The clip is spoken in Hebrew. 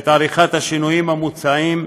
את עריכת השינויים המוצעים,